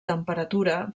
temperatura